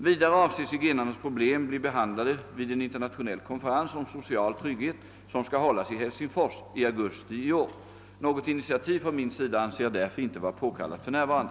Vidare avses zigenarnas problem bli behandlade vid en internationell konferens om = social trygghet som skall hållas i Helsingfors i augusti detta år. Något initiativ från min sida anser jag därför inte vara påkallat för närvarande.